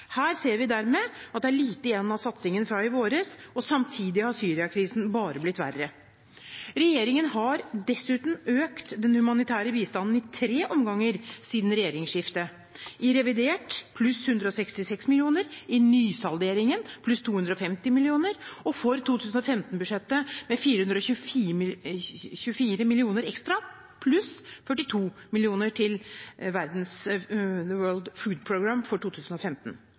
Her ser vi dermed at det er lite igjen av satsingen fra i vår. Samtidig har Syria-krisen bare blitt verre. Regjeringen har dessuten økt den humanitære bistanden i tre omganger siden regjeringsskiftet – i revidert med 166 mill. kr, i nysalderingen med 250 mill. kr og for 2015-budsjettet med 424 mill. kr ekstra, pluss 42 mill. kr til World Food Programme for 2015.